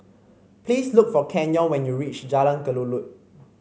please look for Canyon when you reach Jalan Kelulut